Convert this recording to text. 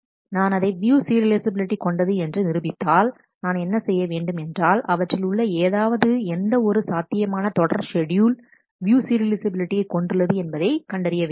நான் அதை view serialisability கொண்டது என்று நிரூபித்தால் நான் என்ன செய்ய வேண்டும் என்றால் அவற்றில் உள்ள ஏதாவது எந்த ஒரு சாத்தியமான தொடர் ஷெட்யூல் வியூ சீரியலைஃசபிலிட்டியை கொண்டுள்ளது என்பதை கண்டறிய வேண்டும்